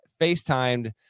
FaceTimed